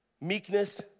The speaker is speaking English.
meekness